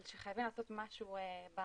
אבל שחייבים לעשות משהו עם